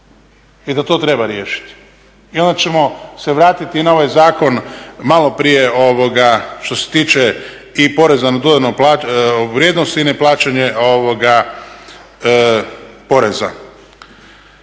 i da to treba riješiti i onda ćemo se vratiti i na ovaj zakon maloprije što se tiče i porezan na dodanu vrijednost i neplaćanje poreza.